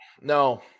no